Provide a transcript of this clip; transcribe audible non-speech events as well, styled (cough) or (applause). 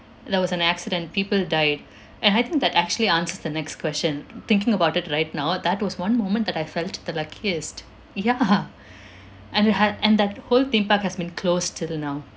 there was an accident people died and I think that actually answers the next question thinking about it right now that was one moment that I felt the luckiest ya (laughs) and it had and that whole theme park has been closed till now